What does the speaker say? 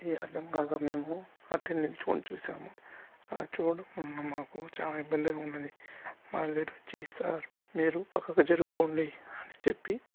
అది అర్ధంకాక మేము అట్టే నిలుచోని చూశాము అలా చూడడం వలన మాకు చాలా ఇబ్బందిగా ఉన్నది మా గైడ్ వచ్చి సార్ మీరు పక్కకి జరగండి అని చెప్పి